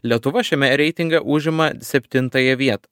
lietuva šiame reitinge užima septintąją vietą